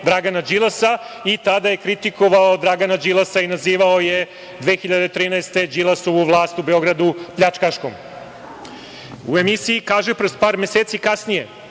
Dragana Đilasa, i tada je kritikovao Dragana Đilasa i nazivao je 2013. godine Đilasovu vlast u Beogradu pljačkaškom. U emisiji „Kažprst“ par meseci kasnije